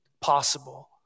possible